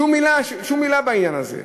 שום מילה בעניין הזה.